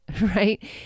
right